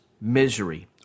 misery